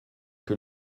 que